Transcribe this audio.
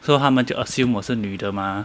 so 他们就 assume 我是女的 mah